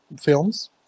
films